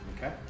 okay